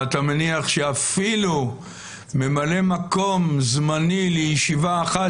אתה מניח שאפילו ממלא מקום זמני לישיבה אחת